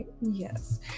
Yes